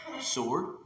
sword